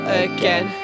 again